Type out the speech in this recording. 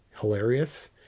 hilarious